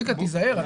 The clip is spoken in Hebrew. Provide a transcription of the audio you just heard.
צביקה, תיזהר.